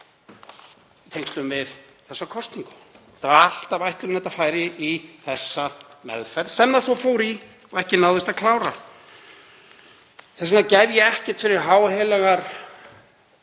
tengslum við þessa kosningu. Það var alltaf ætlunin að málið færi í þá meðferð sem það svo fór í og ekki náðist að klára. Þess vegna gef ég ekkert fyrir heilög